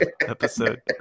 episode